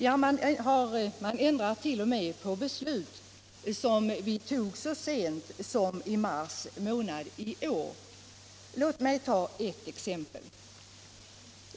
Man ändrar t.o.m. beslut som vi tog så sent som i mars månad i år. Låt mig ta ett exempel.